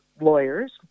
lawyers